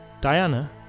Diana